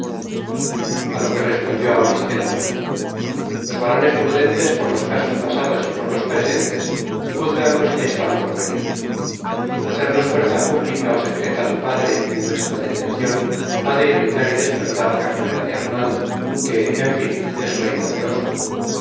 a lo que respondió auristela los varones prudentes por los casos pasados y por los presentes juzgan los que están por venir hacernos fuerza pública ó secreta tu padre en nuestra detencion ha de irritar y despertar la cólera de arnaldo que en fin es rey poderoso